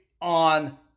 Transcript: on